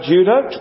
Judah